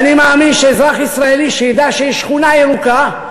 ואני מאמין שאזרח ישראלי שידע שיש שכונה ירוקה,